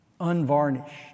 unvarnished